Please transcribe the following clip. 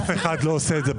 אף אחד לא עושה את זה.